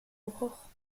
l’aurore